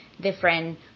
different